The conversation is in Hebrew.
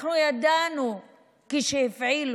אנחנו ידענו שכשהפעילו